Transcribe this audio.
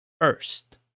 first